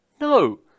No